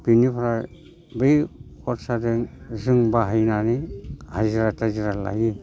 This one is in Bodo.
बिनिफ्राय बे खरसाजों जों बाहायनानै हाजिरा थाजिरा लायो